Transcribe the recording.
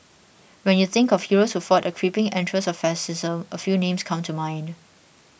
when you think of heroes who fought the creeping entrails of fascism a few names come to mind